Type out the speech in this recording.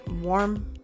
warm